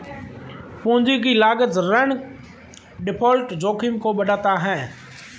पूंजी की लागत ऋण डिफ़ॉल्ट जोखिम को बढ़ाता है